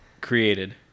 Created